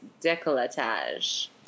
decolletage